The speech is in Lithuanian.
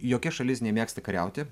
jokia šalis nemėgsta kariauti